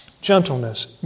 gentleness